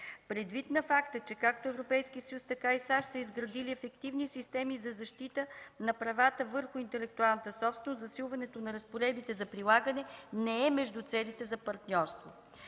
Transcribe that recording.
Предвид факта, че както Европейският съюз, така и САЩ са изградили ефективни системи за защита на правата върху интелектуалната собственост, засилването на разпоредбите за прилагане не е между целите за партньорство.